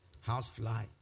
Housefly